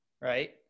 right